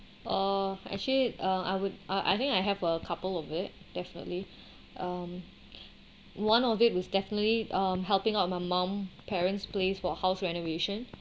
uh actually um I would uh I think I have a couple of it definitely um one of it was definitely um helping out my mum parents place for house renovation